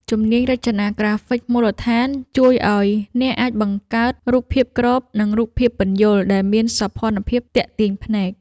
ជំនាញរចនាក្រាហ្វិកមូលដ្ឋាន ជួយឱ្យអ្នកអាចបង្កើតរូបភាពក្រប និងរូបភាពពន្យល់ដែលមានសោភ័ណភាពទាក់ទាញភ្នែក។